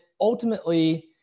ultimately